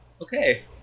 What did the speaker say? okay